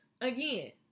again